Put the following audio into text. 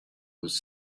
was